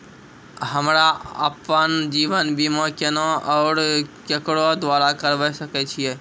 हमरा आपन जीवन बीमा केना और केकरो द्वारा करबै सकै छिये?